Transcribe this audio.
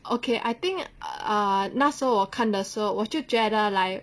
okay I think ah 那时候我看的时候我就觉得 like